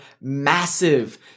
massive